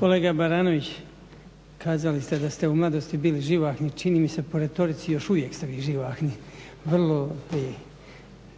Kolega Baranović, kazali ste da ste u mladosti bili živahni, čini mi se po retorici još uvijek ste vi živahni. Vrlo